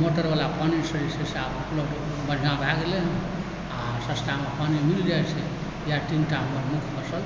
motor वाला पानीसँ जे छै से आब उपलब्ध बढ़िआँ भए गेलै आ सस्तामे पानी मिल जाइत छै इएह तीनटा हमर मुख्य फसल